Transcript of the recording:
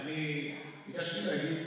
אני ביקשתי להגיד,